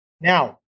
now